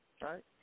Right